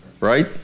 right